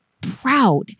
proud